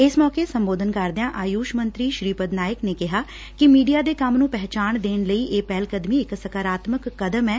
ਇਸ ਮੌਕੇ ਸੰਬੋਧਨ ਕੁਰਦਿਆ ਆਯੁਸ਼ ਮੰਤਰੀ ਸ੍ਰੀਪਦ ਨਾਇਕ ਨੇ ਕਿਹਾ ਕਿ ਮੀਡੀਆ ਦੇ ਕੰਮ ਨੰ ਪਹਿਚਾਣ ਦੇਣ ਲਈ ਇਹ ਪਹਿਲਕਦਮੀ ਇਕ ਸਕਾਰਾਤਮਕ ਕਦਮ ਐ